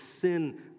sin